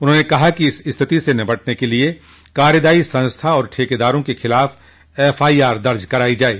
उन्होंने कहा कि इस स्थिति से निपटने के लिये कार्यदायी संस्था और ठेकेदारों के ख़िलाफ़ एफ़आईआर दर्ज कराई जाये